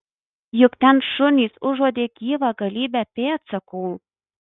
juk ten šunys užuodė gyvą galybę pėdsakų